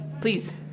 Please